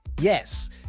Yes